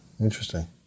Interesting